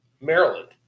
Maryland